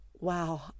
wow